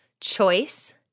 choice